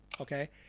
okay